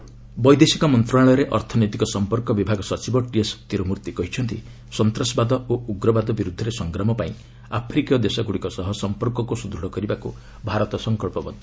India Africa ବୈଦେଶିକ ମନ୍ତ୍ରଣାଳୟରେ ଅର୍ଥନୈତିକ ସମ୍ପର୍କ ବିଭାଗ ସଚିବ ଟିଏସ୍ ତିରୁମର୍ତ୍ତି କହିଛନ୍ତି ସନ୍ତାସବାଦ ଓ ଉଗ୍ରବାଦ ବିରୁଦ୍ଧରେ ସଂଗ୍ରାମ ପାଇଁ ଆଫ୍ରିକୀୟ ଦେଶଗୁଡ଼ିକ ସହ ସମ୍ପର୍କକୁ ସୁଦୃଢ଼ କରିବାକୁ ଭାରତ ସଂକଳ୍ପବଦ୍ଧ